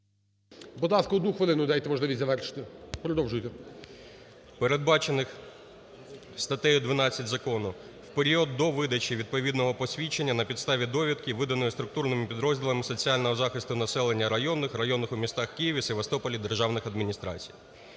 Будь ласка, одну хвилину дайте можливість завершити. Продовжуйте. ПРИВАЛОВ О.В. ...передбачених статтею 12 закону в період до видачі відповідного посвідчення на підставі довідки, виданої структурними підрозділами соціального захисту населення районних, районних у містах Києві, Севастополі державних адміністраціях.